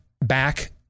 back